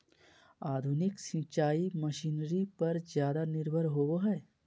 आधुनिक सिंचाई मशीनरी पर ज्यादा निर्भर होबो हइ